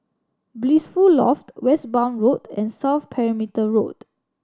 Blissful Loft Westbourne Road and South Perimeter Road